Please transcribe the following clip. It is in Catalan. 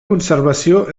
conservació